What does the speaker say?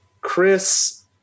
Chris